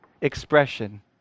expression